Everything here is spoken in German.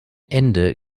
ende